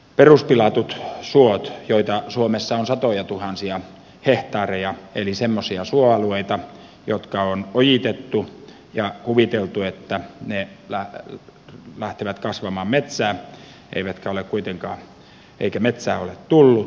peruspilattuja soita on suomessa satojatuhansia hehtaareja eli semmoisia suoalueita jotka on ojitettu ja joista on kuviteltu että ne lähtevät kasvamaan metsää mutta metsää ei ole tullut